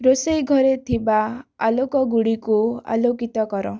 ରୋଷେଇ ଘରେ ଥିବା ଆଲୋକ ଗୁଡ଼ିକୁ ଆଲୋକିତ କର